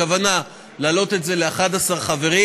הכוונה להעלות את זה ל-11 חברים,